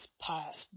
past